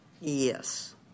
Yes